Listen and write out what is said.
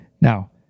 Now